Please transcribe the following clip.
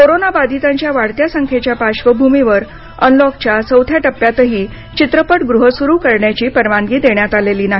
कोरोनाबाधितांच्या वाढत्या संख्येच्या पार्श्वभूमीवर अनलॉकच्या चौथ्या टप्प्यातही चित्रपटगृहं सुरू करण्याची परवानगी देण्यात आलेली नाही